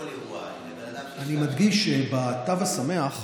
אני מדגיש שבתו השמח,